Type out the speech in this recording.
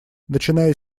начиная